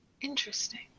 Interesting